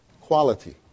quality